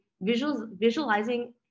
visualizing